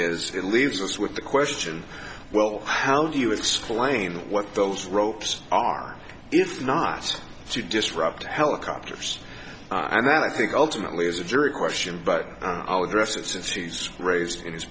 is it leaves us with the question well how do you explain what those ropes are if not to disrupt helicopters and that i think ultimately is a jury question but i'll address it since he's raised in his